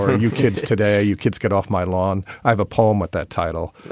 ah you kids today, you kids get off my lawn. i have a poem with that title.